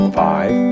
five